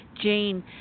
Jane